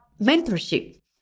mentorship